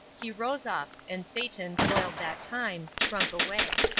he rose up, and satan, foiled that time, shrunk away.